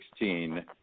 2016